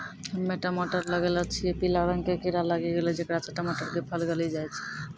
हम्मे टमाटर लगैलो छियै पीला रंग के कीड़ा लागी गैलै जेकरा से टमाटर के फल गली जाय छै?